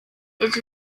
his